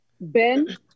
Ben